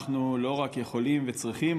אנחנו לא רק יכולים וצריכים,